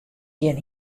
gjin